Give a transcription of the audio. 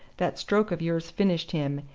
that stroke of yours finished him,